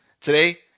Today